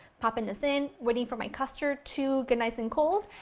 popping this in, waiting for my custard to get nice and cool,